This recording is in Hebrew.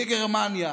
בגרמניה,